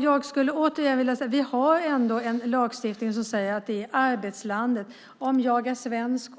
Jag skulle återigen vilja säga att vi har en lagstiftning som säger att om jag som svensk